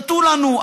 שתו לנו,